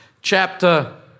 chapter